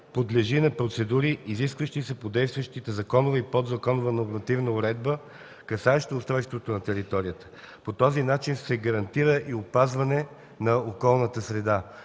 подлежи на процедури, изискващи се по действащата законова и подзаконова нормативна уредба, касаеща устройството на територията. По този начин се гарантира и опазване на околната среда,